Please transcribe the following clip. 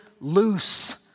loose